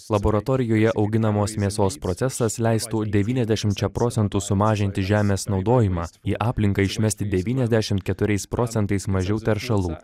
laboratorijoje auginamos mėsos procesas leistų devyniasdešimčia procentų sumažinti žemės naudojimą į aplinką išmesti devyniasdešim keturiais procentais mažiau teršalų